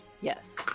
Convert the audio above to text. Yes